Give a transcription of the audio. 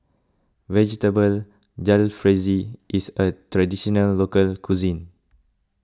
Vegetable Jalfrezi is a Traditional Local Cuisine